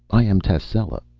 i am tascela,